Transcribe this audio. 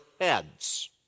heads